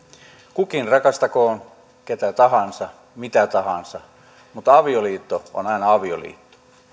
kukin rakastakoon ketä tahansa mitä tahansa mutta avioliitto on aina avioliitto